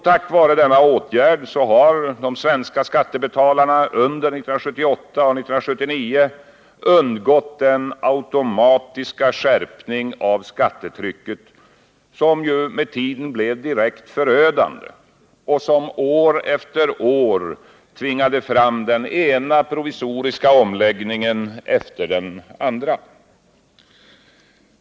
Tack vare denna åtgärd har de svenska skattebetalarna under 1978 och 1979 undgått den automatiska skärpning av skattetrycket som ju med tiden blev direkt förödande och som år efter år tvingade fram den ena provisoriska omläggningen efter den andra.